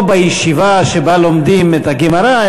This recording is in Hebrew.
לא בישיבה שבה לומדים את הגמרא,